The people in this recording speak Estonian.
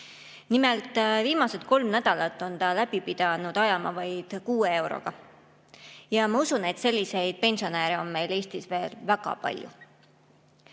Nimelt, viimased kolm nädalat on ta pidanud läbi ajama vaid 6 euroga. Ja ma usun, et selliseid pensionäre on meil Eestis väga palju.